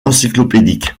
encyclopédique